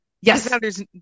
Yes